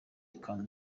ikanzu